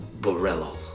Borello